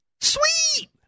Sweet